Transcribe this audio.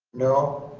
no.